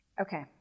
okay